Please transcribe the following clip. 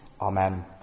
Amen